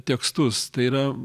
tekstus tai yra